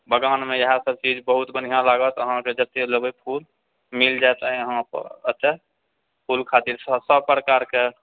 बगानमे इएह सब चीज बहुत बढ़िआँ लागत अहाकेँ जते लेबै फूल मिल जायत यहाँ पर एतऽ फूल खातिर सब प्रकारकेँ